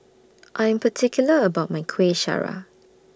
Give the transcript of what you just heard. I'm particular about My Kueh Syara